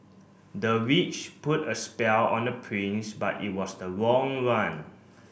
the witch put a spell on the prince but it was the wrong one